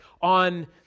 on